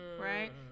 right